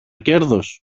κέρδος